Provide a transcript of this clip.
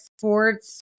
sports